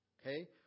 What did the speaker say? Okay